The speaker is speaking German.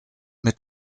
mit